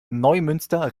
neumünster